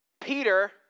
Peter